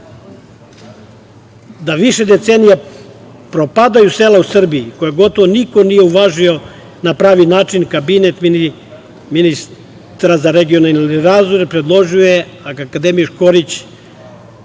da više decenija propadaju sela u Srbiji, koje gotovo niko nije uvažio na pravi način, kabinet ministra za regionalni razvoj je predložio, a akademik Škorić